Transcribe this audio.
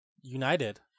United